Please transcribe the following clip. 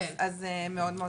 אז מאוד מאוד חשוב.